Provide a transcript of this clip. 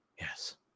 Yes